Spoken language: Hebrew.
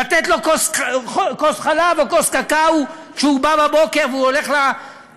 לתת לו כוס חלב או כוס קקאו כשהוא בא בבוקר והוא הולך לבית-הספר,